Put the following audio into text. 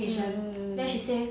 mm mm mm